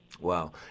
Wow